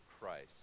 Christ